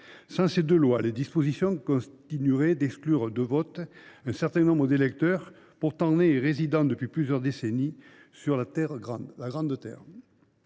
en ce début d’année, les dispositions actuelles continueraient d’exclure du vote un certain nombre d’électeurs pourtant nés et résidant depuis plusieurs décennies sur la Grande Terre.